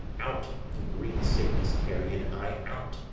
out, you green-sickness carrion i out,